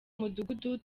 mudugudu